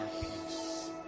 peace